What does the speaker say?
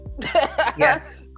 yes